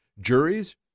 juries